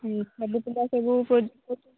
ହୁଁ ସବୁ ପିଲା ସବୁ ପ୍ରୋଜେକ୍ଟ